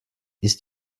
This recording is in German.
ist